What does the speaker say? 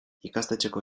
ikastetxeko